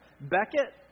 Beckett